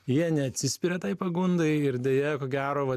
jie neatsispiria tai pagundai ir deja ko gero va